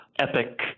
epic